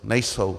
Nejsou.